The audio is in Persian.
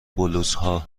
بلوزها